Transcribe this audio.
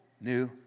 new